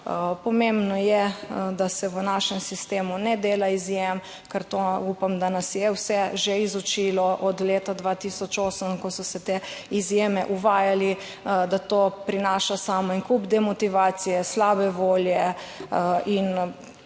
Pomembno je, da se v našem sistemu ne dela izjem, ker to upam, da nas je vse že izučilo od leta 2008, ko so se te izjeme uvajali, da to prinaša samo en kup demotivacije, slabe volje in